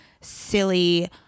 silly